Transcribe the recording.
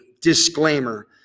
disclaimer